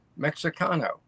Mexicano